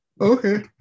Okay